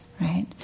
right